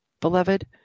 beloved